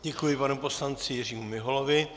Děkuji panu poslanci Jiřímu Miholovi.